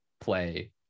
play